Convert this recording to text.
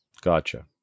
gotcha